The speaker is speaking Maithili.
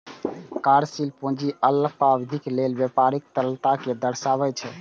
कार्यशील पूंजी अल्पावधिक लेल व्यापारक तरलता कें दर्शाबै छै